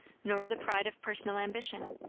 nor the pride of personal ambition,